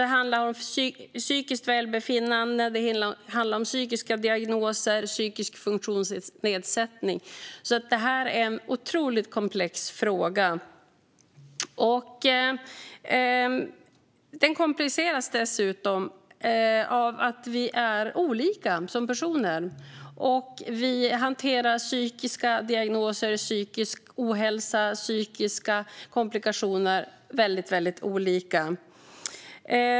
Det handlar om psykiskt välbefinnande, psykiska diagnoser och psykisk funktionsnedsättning. Detta är alltså en otroligt komplex fråga. Den kompliceras dessutom av att vi är olika som personer och hanterar psykiska diagnoser, psykisk ohälsa och psykiska komplikationer väldigt olika.